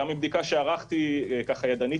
גם מבדיקה ידנית שערכתי אתמול,